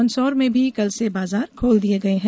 मंदसौर में भी कल से बाजार खोल दिये गये हैं